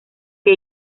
que